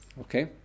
Okay